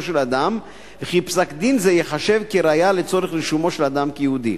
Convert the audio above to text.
של אדם וכי פסק-דין זה ייחשב כראיה לצורך רישומו של אדם כיהודי.